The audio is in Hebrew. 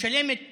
ומשלמת